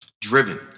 Driven